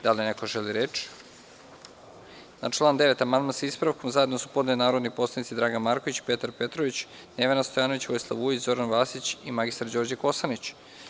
Da li neko želi reč? (Ne.) Na član 9. amandman, sa ispravkom, su zajedno podneli narodni poslanici Dragan Marković, Petar Petrović, Nevena Stojanović, Vojislav Vujić, Zoran Vasić i mr Đorđe Kosanić.